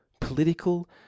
political